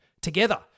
together